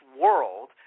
world